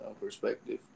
perspective